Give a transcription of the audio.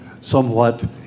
somewhat